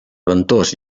ventós